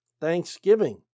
Thanksgiving